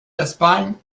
espagne